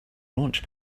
launch